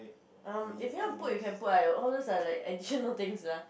um if you want put you can put ah all those are like additional things lah